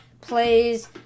plays